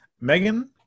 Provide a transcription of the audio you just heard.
megan